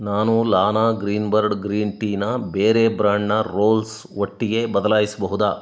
ನಾನು ಲಾನಾ green bird green ಟೀನ ಬೇರೆ ಬ್ರ್ಯಾಂಡ್ನ ರೋಲ್ಸ್ ಒಟ್ಟಿಗೆ ಬದಲಾಯಿಸಬಹುದೇ